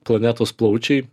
planetos plaučiai